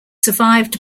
survived